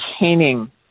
maintaining